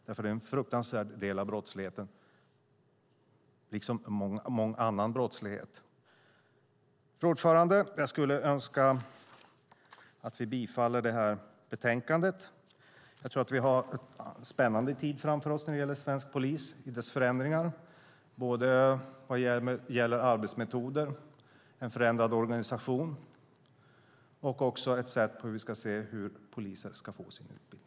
Det är en fruktansvärd del av brottsligheten liksom annan brottslighet. Fru talman! Jag önskar att vi bifaller förslaget i betänkandet. Vi har en spännande tid framför oss när det gäller svensk polis och dess förändringar. Det gäller arbetsmetoder, en förändrad organisation och också hur vi ska se på det sätt poliser ska få sin utbildning.